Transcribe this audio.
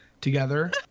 together